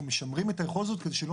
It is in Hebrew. אנחנו משמרים את היכולת הזאת כדי שלא